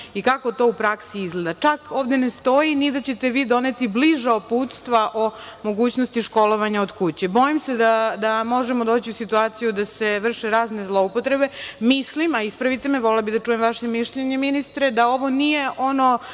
i kako to u praksi izgleda. Čak, ovde ne stoji ni da ćete vi doneti bliža uputstva o mogućnosti školovanja od kuće. Bojim se da možemo doći u situaciju da se vrše razne zloupotrebe. Mislim, a ispravite me, volela bih da čujem vaše mišljenje, ministre, da ovo nije ono